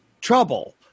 trouble